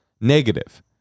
negative